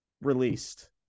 released